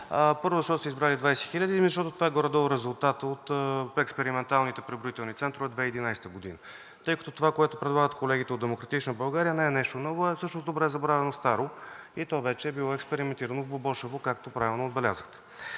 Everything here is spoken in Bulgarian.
първо, защо сте избрали 20 хиляди? Защото това е горе-долу резултатът от експерименталните преброителни центрове 2011 г. Тъй като това, което предлагат колегите от „Демократична България“, не е нещо ново, а всъщност добре забравено старо и то вече е било експериментирано в Бобошево, както правилно отбелязахте,